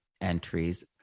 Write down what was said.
entries